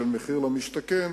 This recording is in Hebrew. של מחיר למשתכן,